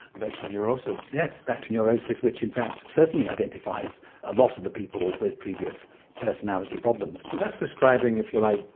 back to neurosis. yes, back to neurosis, which in fact certainly identifies a lot of the people with previous personality problems. that's describing, if you like,